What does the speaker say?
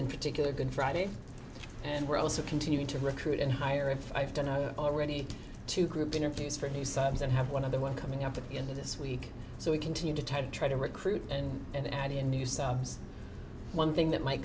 in particular good friday and we're also continuing to recruit and hire if i've done already two group interviews for new subs and have one of the one coming up at the end of this week so we continue to try to recruit and add in new selves one thing that might